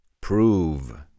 prove